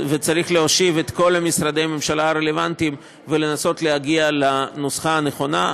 צריך להושיב את כל משרדי הממשלה הרלוונטיים ולנסות להגיע לנוסחה הנכונה.